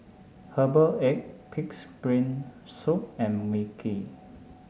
Herbal Egg pig's brain soup and mi kee